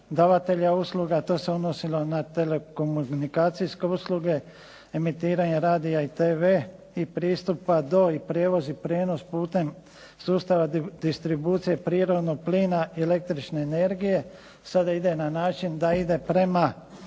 davatelja usluga, to se odnosilo na telekomunikacijske usluge, emitiranja radia i tv i pristupa i do i prijevoz i prijenos putem sustava distribucije prirodnog plina, električne energije. Sada ide na način da ide prema